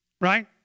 right